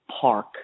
park